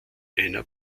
einer